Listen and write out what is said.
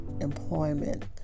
employment